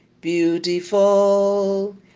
beautiful